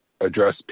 address